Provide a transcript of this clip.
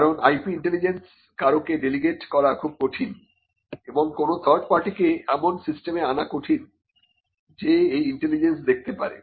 কারণ IP intelligence কারো কে ডেলিগেট করা খুব কঠিন এবং কোনো থার্ড পার্টিকে এমন সিস্টেমে আনা কঠিন যে এই ইন্টেলিজেন্স দেখাতে পারে